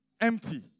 empty